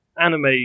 anime